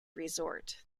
resort